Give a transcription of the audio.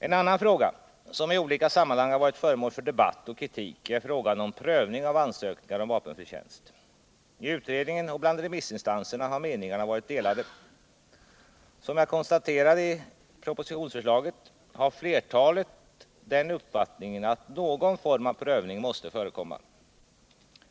En annan fråga, som i olika sammanhang har varit föremål för debatt och kritik, är frågan om prövning av ansökningar om vapenfri tjänst. I utredningen och bland remissinstanserna har meningarna varit delade. Som jag konstaterade i propositionsförslaget har flertalet den uppfattningen att någon form av prövning måste förekomma.